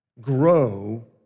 grow